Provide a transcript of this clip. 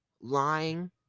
lying